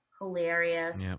hilarious